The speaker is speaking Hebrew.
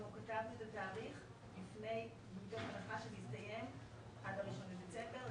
אנחנו כתבנו את התאריך מתוך הנחה שזה יסתיים עד ה-1 בדצמבר.